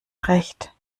recht